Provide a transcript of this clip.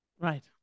Right